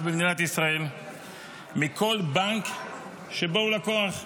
במדינת ישראל מכל בנק שבו הוא לקוח.